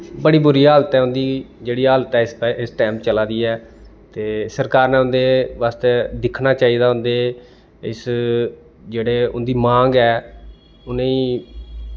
बड़ी बुरी हालत ऐ उं'दी जेह्ड़ी हालत ऐ इस टैम चला दी ऐ ते सरकार ने उं'दे बास्तै दिक्खना चाहिदा उं'दे इस जेह्ड़े उं'दी मांग ऐ उ'नेंई